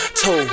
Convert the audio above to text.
two